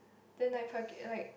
then I park it right